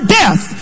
death